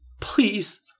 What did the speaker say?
Please